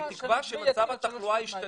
בתקווה שמצב התחלואה ישתפר.